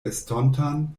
estontan